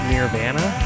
Nirvana